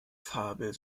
fabel